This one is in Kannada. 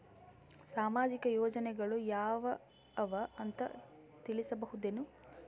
ಸಾಮಾಜಿಕ ಯೋಜನೆಗಳು ಯಾವ ಅವ ಅಂತ ತಿಳಸಬಹುದೇನು?